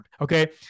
Okay